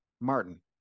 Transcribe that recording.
Martin